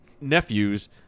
Nephews